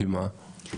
לפי מה?